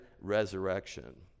resurrection